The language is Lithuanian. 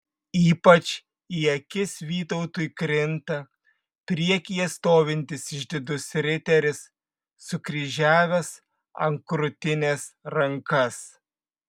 ypač į akis vytautui krinta priekyje stovintis išdidus riteris sukryžiavęs ant krūtinės rankas